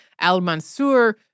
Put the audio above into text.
al-Mansur